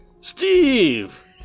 Steve